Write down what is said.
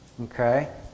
Okay